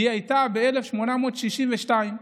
הייתה ב-1862,